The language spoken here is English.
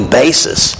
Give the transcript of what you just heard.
basis